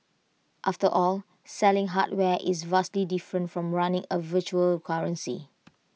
after all selling hardware is vastly different from running A virtual currency